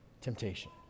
temptation